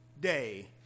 day